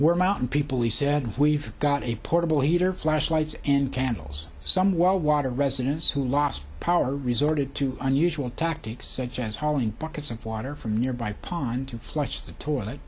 were mountain people he said we've got a portable heater flashlights and candles some wild water residents who lost power resorted to unusual tactics such as hauling buckets of water from nearby pond to flush the toilet